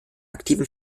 aktiven